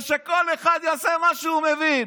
ושכל אחד יעשה מה שהוא מבין.